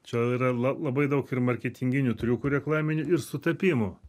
čia yra la labai daug ir marketinginių triukų reklaminių ir sutapimų